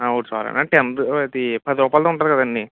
ఒకటి చాలు అండి అం టెన్ అది పది రూపాయలది ఉంటుంది కదండీ